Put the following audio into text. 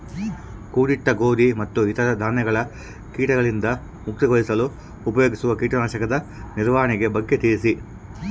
ಕೂಡಿಟ್ಟ ಗೋಧಿ ಮತ್ತು ಇತರ ಧಾನ್ಯಗಳ ಕೇಟಗಳಿಂದ ಮುಕ್ತಿಗೊಳಿಸಲು ಉಪಯೋಗಿಸುವ ಕೇಟನಾಶಕದ ನಿರ್ವಹಣೆಯ ಬಗ್ಗೆ ತಿಳಿಸಿ?